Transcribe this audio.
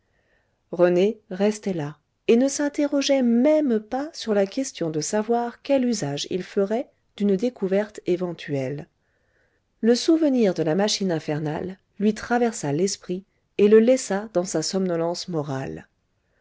rené restait là et ne s'interrogeait même pas sur la question de savoir quel usage il ferait d'une découverte éventuelle le souvenir de la machine infernale lui traversa l'esprit et le laissa dans sa somnolence morale